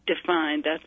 defined